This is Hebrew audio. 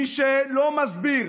מי שלא מסביר